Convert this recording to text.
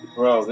bro